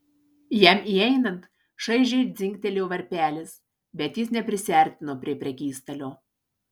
jam įeinant šaižiai dzingtelėjo varpelis bet jis neprisiartino prie prekystalio